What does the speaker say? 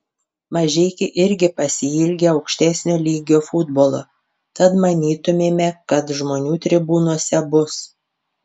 mažeikiai irgi pasiilgę aukštesnio lygio futbolo tad manytumėme kad žmonių tribūnose bus